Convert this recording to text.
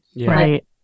right